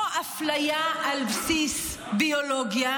לא אפליה על בסיס ביולוגיה,